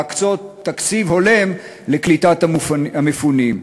להקצות תקציב הולם לקליטת המפונים.